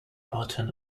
pattern